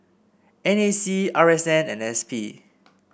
N A C R S N and S P